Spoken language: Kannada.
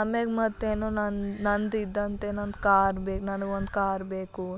ಆಮ್ಯಾಗ ಮತ್ತೇನು ನನ್ನ ನಂದು ಇದ್ದಂತೆ ನಂದು ಕಾರ್ ಬೇ ನನಗೊಂದು ಕಾರ್ ಬೇಕು